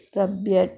broadband